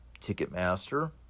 Ticketmaster